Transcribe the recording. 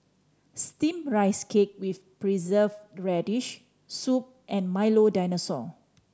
Steamed Rice Cake with Preserved Radish soup and Milo Dinosaur